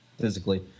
physically